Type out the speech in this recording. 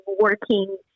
working